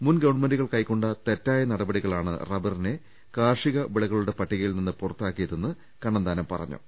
മുൻ ഗവൺമെന്റുകൾ കൈക്കൊണ്ട തെറ്റായ നടപടികളാണ് റബ്ബ റിനെ കാർഷിക വിളകളുടെ പട്ടികയിൽ നിന്ന് പുറത്താക്കിയതെന്ന് കണ്ണന്താനം പറഞ്ഞു